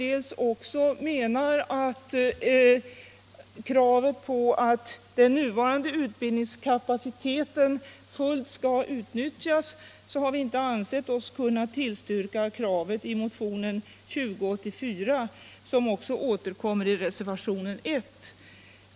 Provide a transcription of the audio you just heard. dels att den nuvarande utbildningskapaciteten skall utnyttjas fullt ut — har vi inte ansett oss kunna tillstyrka kravet i motionen 2084, vilket krav också återkommer i reservationen 1.